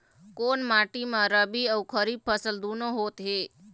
कोन माटी म रबी अऊ खरीफ फसल दूनों होत हे?